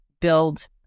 build